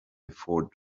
before